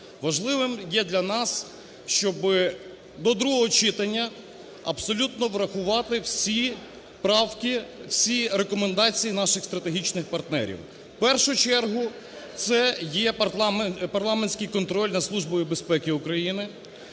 Важливим є для нас, щоби до другого читання абсолютно врахувати всі правки, всі рекомендації наших стратегічних партнерів. В першу чергу, це є парламентський контроль над Службою безпеки України.